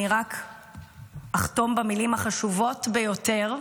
אני רק אחתום במילים החשובות ביותר,